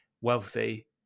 wealthy